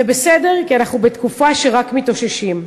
זה בסדר כי אנחנו בתקופה שרק מתאוששים.